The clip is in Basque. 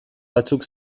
batzuk